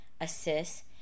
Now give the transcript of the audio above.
assist